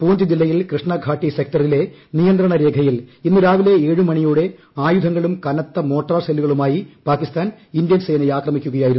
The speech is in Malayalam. പൂഞ്ച് ജില്ലയിൽ കൃഷ്ണഘാട്ടി സെക്ടറിലെ നിയന്ത്രണ രേഖയിൽ ഇന്നു രാവിലെ ഏഴു മണിയോടെ ആയുധങ്ങളും കനത്ത മോർട്ടാർ ഷെല്ലുകളുമായി പാകിസ്ഥാൻ ഇന്ത്യൻ സേനയെ ആക്രമിക്കുകയായിരുന്നു